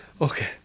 Okay